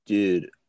dude